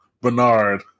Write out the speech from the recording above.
Bernard